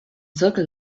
zirkel